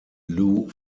lew